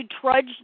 trudge